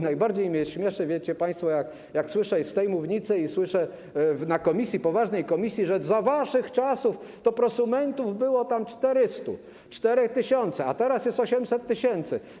Najbardziej mnie śmieszy, wiecie państwo, jak słyszę z tej mównicy i słyszę na posiedzeniu poważnej komisji, że za naszych czasów to prosumentów było tam 400, 4 tys., a teraz jest 800 tys.